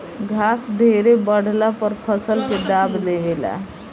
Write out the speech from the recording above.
घास ढेरे बढ़ला पर फसल के दाब देवे ला